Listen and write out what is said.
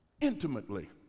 intimately